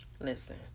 listen